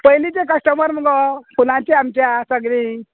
पयलींचे कस्टमर मुगो फुलांची आमच्या सगळीं